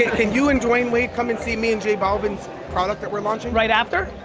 can you and dwayne wade come and see me and j balvin's product that we're launching? right after?